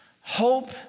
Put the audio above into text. hope